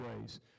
ways